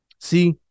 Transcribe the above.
See